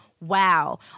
Wow